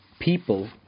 people